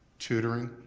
tutoring,